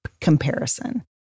comparison